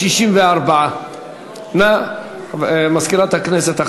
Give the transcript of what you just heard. הודעה למזכירת הכנסת.